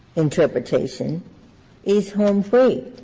interpretation is home free.